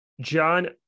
John